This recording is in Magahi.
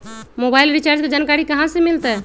मोबाइल रिचार्ज के जानकारी कहा से मिलतै?